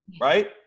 right